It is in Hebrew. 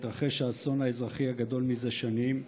התרחש האסון האזרחי הגדול מזה שנים,